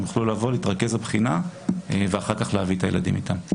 יוכלו לבוא ולהתרכז בבחינה ואחר כך להביא את הילדים איתם.